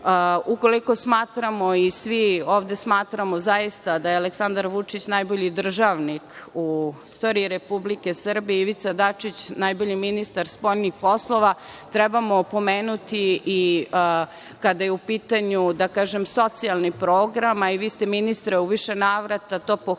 smatramo, svi ovde smatramo, da je zaista Aleksandar Vučić najbolji državnik u istoriji Republike Srbije, Ivica Dačić najbolji ministar spoljnih poslova, trebamo pomenuti, kada je u pitanju, da kažem, socijalni program, a i vi ste, ministre, u više navrata pohvalili